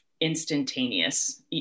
instantaneous